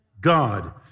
God